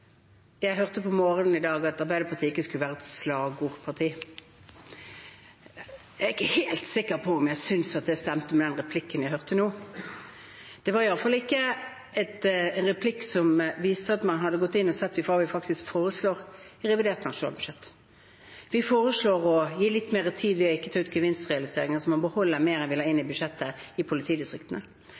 Jeg hørte på morgenen i dag at Arbeiderpartiet ikke skulle være et slagordparti. Jeg er ikke helt sikker på om jeg synes det stemmer med den replikken jeg hørte nå. Det var i alle fall ikke en replikk som viser at man har gått inn og sett på hva vi faktisk foreslår i revidert nasjonalbudsjett. Vi foreslår å gi litt mer tid ved ikke å ta ut gevinstrealiseringer, så man beholder mer av det en vil ha inn, i budsjettene til politidistriktene.